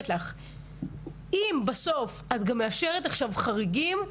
אם את עכשיו את מאשרת חריגים,